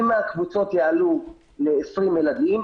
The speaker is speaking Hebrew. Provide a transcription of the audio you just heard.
אם הקבוצות יעלו ל-20 ילדים,